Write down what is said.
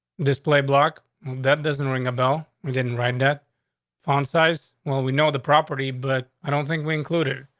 display block that doesn't ring a bell? we didn't write that font size. well, we know the property, but i don't think we included.